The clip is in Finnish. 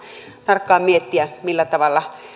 tarkkaan miettiä millä tavalla